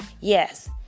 yes